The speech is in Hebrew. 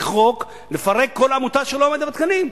חוק לפרק כל עמותה שלא עומדת בתקנים.